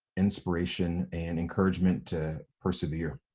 inspiration and encouragement to persevere.